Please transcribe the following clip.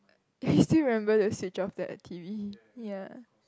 you still remember to switch off that T_V ya